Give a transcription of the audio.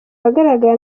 ahagaragara